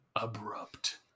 Abrupt